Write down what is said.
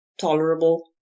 tolerable